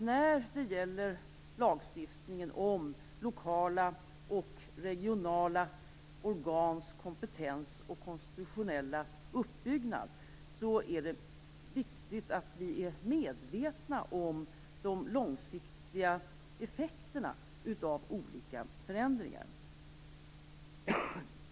När det gäller lagstiftningen om lokala och regionala organs kompetens och konstitutionella uppbyggnad är jag av den uppfattningen att det är viktigt att vi är medvetna om de långsiktiga effekterna av olika förändringar.